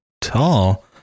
tall